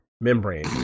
membrane